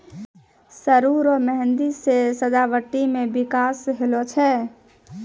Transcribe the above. सरु रो मेंहदी से सजावटी मे बिकास होलो छै